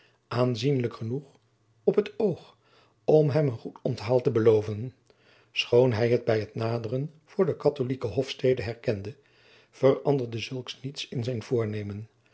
aanzienlijk genoeg op t oog om hem een goed onthaal te beloven schoon hij het bij t naderen voor de katholijke hofstede herkende veranderde zulks niets in zijn voornemen